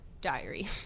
diary